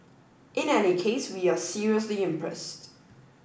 in any case we are seriously impressed